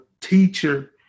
Teacher